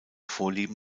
vorlieben